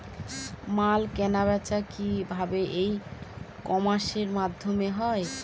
মাল কেনাবেচা কি ভাবে ই কমার্সের মাধ্যমে হয়?